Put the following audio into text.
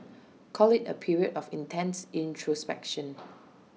call IT A period of intense introspection